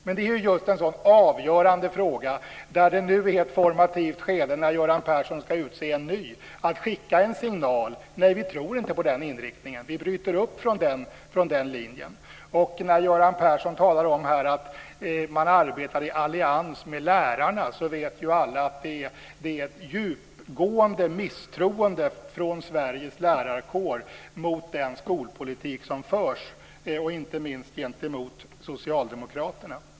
Men det är just en sådan avgörande fråga, och det är nu ett formativt skede när Göran Persson ska utse en ny att skicka en signal: Nej, vi tror inte på den inriktningen; vi bryter upp från den linjen. När Göran Persson talar om att man arbetar i allians med lärarna vet ju alla att det finns ett djupgående misstroende från Sveriges lärarkår mot den skolpolitik som förs, inte minst gentemot socialdemokraterna.